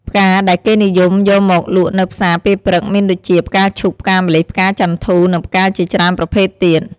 ផ្កាដែលគេនិយមយកមកលក់នៅផ្សារពេលព្រឹកមានដូចជា ផ្កាឈូក ផ្កាម្លិះ ផ្កាចន្ធូ និងផ្កាជាច្រើនប្រភេទទៀត។